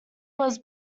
was